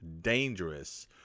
dangerous